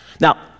Now